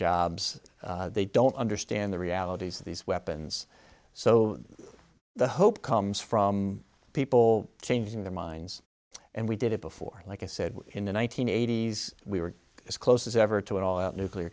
jobs they don't understand the realities of these weapons so the hope comes from people changing their minds and we did it before like i said in the one nine hundred eighty s we were as close as ever to an all out nuclear